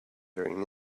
during